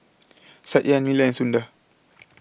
Satya Neila and Sundar